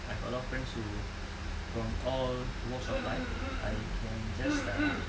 I got a lot of friends who from all walks of life I can just um